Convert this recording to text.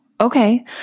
okay